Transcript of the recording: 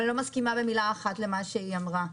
אבל אני לא מסכימה במילה אחת למה שהיא אמרה.